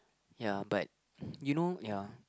ya but you know ya